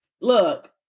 look